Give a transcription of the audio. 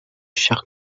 chers